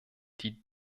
die